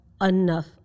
enough